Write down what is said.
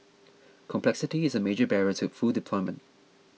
complexity is a major barrier to full deployment